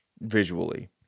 visually